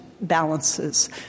balances